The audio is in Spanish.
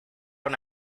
una